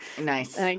Nice